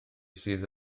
sydd